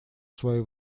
свое